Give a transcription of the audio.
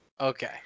Okay